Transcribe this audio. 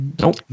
Nope